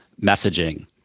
messaging